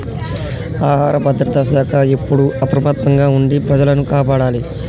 ఆహార భద్రత శాఖ ఎప్పుడు అప్రమత్తంగా ఉండి ప్రజలను కాపాడాలి